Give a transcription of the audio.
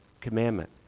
commandment